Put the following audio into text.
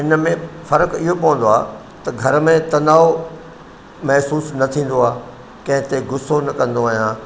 इन में फ़र्कु इहो पवंदो आहे त घर में तनाव महिसूस न थींदो आहे कंहिं ते ग़ुसो न कंदो आहियां